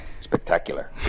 spectacular